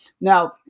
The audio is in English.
Now